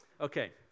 Okay